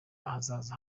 ahazaza